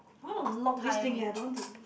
I want to lock this thing eh I don't want to